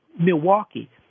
Milwaukee